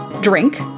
drink